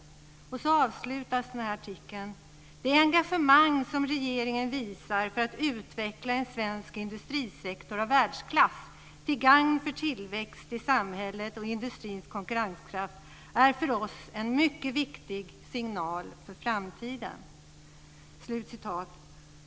Artikeln avslutas så här: "Det engagemang som regeringen visar för att utveckla en svensk industrisektor av världsklass till gagn för tillväxt i samhället och industrins konkurrenskraft är för oss en mycket viktig signal för framtiden."